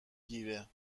گیره